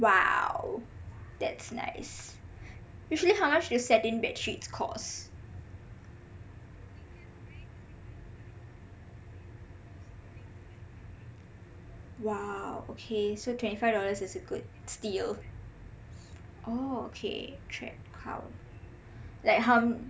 !wow! that's nice usually how much do set in bedsheets costs !wow! okay so twenty five dollars is a good steal oh okay like how man~